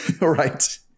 Right